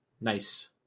Nice